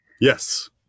Yes